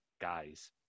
guys